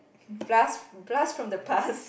blast blast from the past